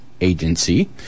Agency